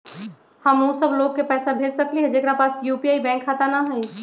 हम उ सब लोग के पैसा भेज सकली ह जेकरा पास यू.पी.आई बैंक खाता न हई?